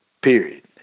period